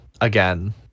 again